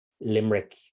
Limerick